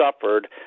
suffered